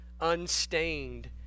unstained